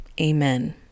amen